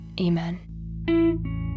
Amen